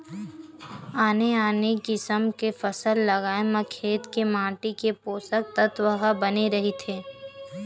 आने आने किसम के फसल लगाए म खेत के माटी के पोसक तत्व ह बने रहिथे